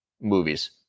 movies